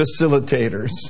facilitators